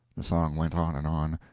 the song went on and on.